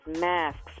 masks